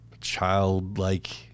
childlike